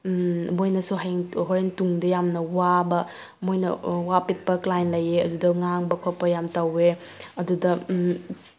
ꯃꯣꯏꯅꯁꯨ ꯍꯌꯦꯡ ꯍꯣꯔꯦꯟ ꯇꯨꯡꯗ ꯌꯥꯝꯅ ꯋꯥꯕ ꯃꯣꯏꯅ ꯋꯥ ꯄꯦꯠꯄ ꯀ꯭ꯂꯥꯏꯟ ꯂꯩꯌꯦ ꯑꯗꯨꯗ ꯉꯥꯡꯕ ꯈꯣꯠꯄ ꯌꯥꯝꯅ ꯇꯧꯑꯦ ꯑꯗꯨꯗ